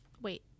Wait